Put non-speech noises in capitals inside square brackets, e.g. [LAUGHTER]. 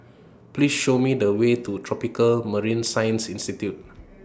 [NOISE] Please Show Me The Way to Tropical Marine Science Institute [NOISE]